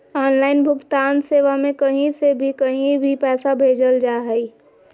online भुगतान सेवा में कही से भी कही भी पैसा भेजल जा हइ